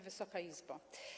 Wysoka Izbo!